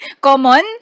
common